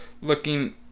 looking